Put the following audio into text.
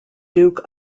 duke